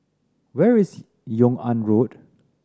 where is Yung An Road